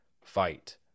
fight